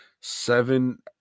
Seven